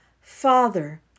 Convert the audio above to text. father